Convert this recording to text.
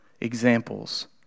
examples